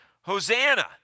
Hosanna